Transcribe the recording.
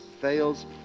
fails